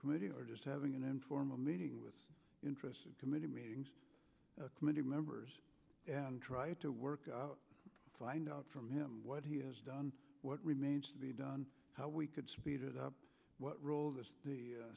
committee or just having an informal meeting with interested committee meetings committee members try to work out find out from him what he has done what remains to be done how we could speed it up what role